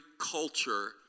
culture